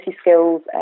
skills